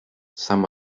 some